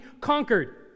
conquered